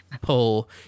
pull